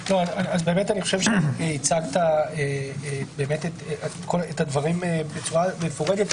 אני חושב שהצגת את הדברים בצורה מפורטת.